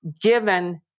given